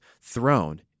throne